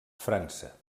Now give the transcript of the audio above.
frança